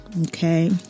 Okay